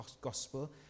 gospel